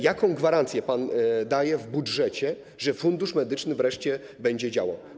Jaką gwarancję pan daje w budżecie, że Fundusz Medyczny wreszcie będzie działał?